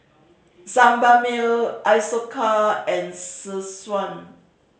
Sebamed Isocal and Selsun